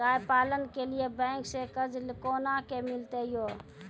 गाय पालन के लिए बैंक से कर्ज कोना के मिलते यो?